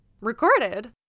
recorded